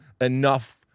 enough